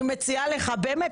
אני מציעה לך באמת,